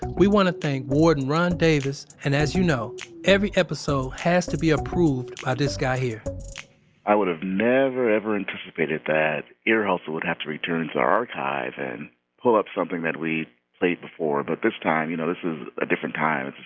we want to thank warden ron davis. and as you know every episode has to be approved by this guy here i would have never ever anticipated that ear hustle would have to return to our archive and pull up something that we played before. but this time, you know, this is a different time.